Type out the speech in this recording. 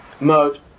mode